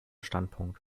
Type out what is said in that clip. standpunkt